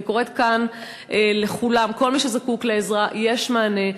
אני קוראת כאן לכולם: כל מי שזקוק לעזרה, יש מענה.